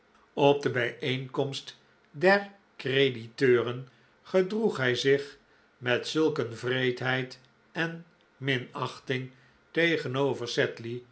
op de bijeenkomst der crediteuren gedroeg hij zich met zulk een wreedheid en minachting tegenover